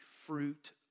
fruit